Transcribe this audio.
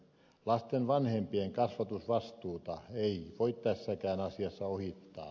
lasten vanhempien kasvatusvastuuta ei voi tässäkään asiassa ohittaa